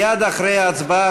מייד אחרי ההצבעה,